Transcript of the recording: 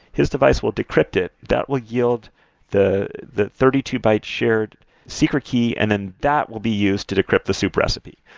his device will decrypt it, that will yield the the thirty two byte shared secret key and then that will be used to decrypt the soup recipe.